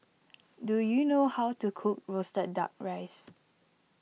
do you know how to cook Roasted Duck Rice